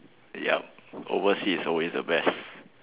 yup overseas is always the best